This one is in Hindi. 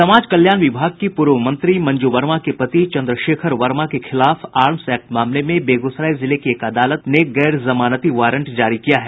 समाज कल्याण विभाग की पूर्व मंत्री मंजू वर्मा के पति चन्द्रशेखर वर्मा के खिलाफ आर्म्स एक्ट मामले में बेगूसराय जिले की एक अदालत गैर जमानती वारंट जारी किया है